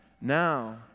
Now